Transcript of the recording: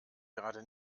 gerade